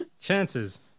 chances